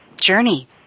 journey